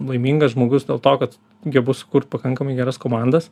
laimingas žmogus dėl to kad gebu sukurt pakankamai geras komandas